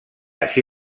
així